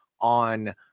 on